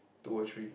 two or three